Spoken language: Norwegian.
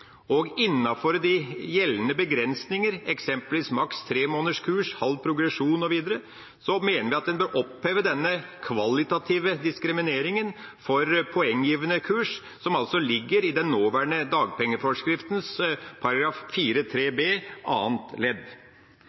de gjeldende begrensninger, eksempelvis maks tre måneders kurs, halv progresjon osv., mener vi at man bør oppheve den kvalitative diskrimineringen for poenggivende kurs som ligger i den nåværende dagpengeforskriftens § 4.3 b) annet ledd.